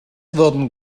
wurden